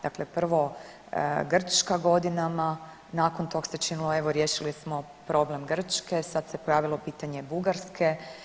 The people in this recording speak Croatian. Dakle, prvo Grčka godinama, nakon tog mi se činilo riješili smo problem Grčke, sad se pojavilo pitanje Bugarske.